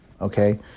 okay